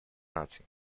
наций